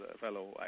fellow